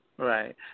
Right